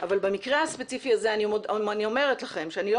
אבל במקרה הספציפי הזה אני אומרת לכם שאני לא